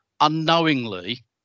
unknowingly